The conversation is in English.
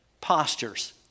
postures